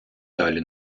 далі